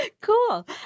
Cool